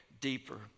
deeper